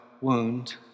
wound